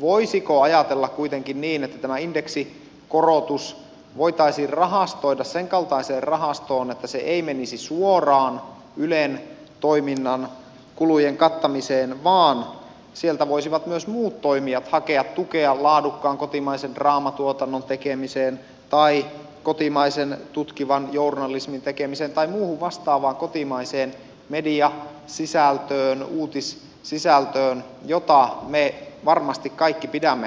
voisiko ajatella kuitenkin niin että tämä indeksikorotus voitaisiin rahastoida senkaltaiseen rahastoon että se ei menisi suoraan ylen toiminnan kulujen kattamiseen vaan sieltä voisivat myös muut toimijat hakea tukea laadukkaan kotimaisen draamatuotannon tekemiseen tai kotimaisen tutkivan journalismin tekemiseen tai muuhun vastaavaan kotimaiseen mediasisältöön uutissisältöön jota varmasti me kaikki pidämme arvokkaana